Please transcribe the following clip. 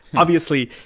obviously,